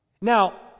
Now